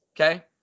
Okay